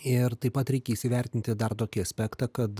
ir taip pat reikia įsivertinti dar tokį aspektą kad